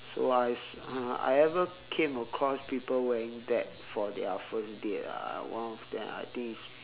so I I ever came across people wearing that for their first date ah one of them I think is